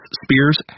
spears